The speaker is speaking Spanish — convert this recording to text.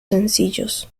sencillos